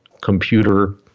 computer